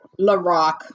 LaRock